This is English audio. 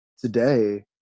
today